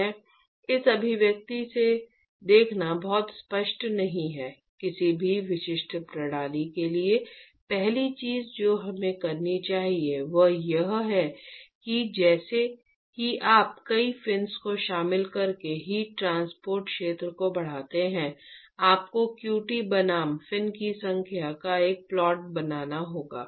इस अभिव्यक्ति से देखना बहुत स्पष्ट नहीं है किसी भी विशिष्ट प्रणाली के लिए पहली चीज जो हमें करनी चाहिए वह यह है कि जैसे ही आप कई फिन को शामिल करके हीट ट्रांसफर क्षेत्र को बढ़ाते हैं आपको qt बनाम फिन की संख्या का एक प्लॉट बनाना होगा